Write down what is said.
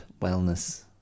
wellness